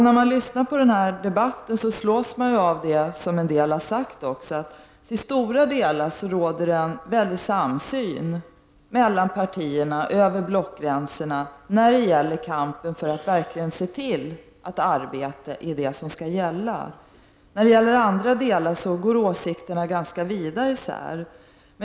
När man lyssnar till den här debatten slås man av att det, som en del också har påpekat, till stora delar råder en väldig samsyn mellan partierna och över blockgränserna när det gäller kampen för att verkligen se till att arbete är det som skall gälla. I fråga om andra delar går åsikterna ganska vida isär.